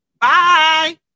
Bye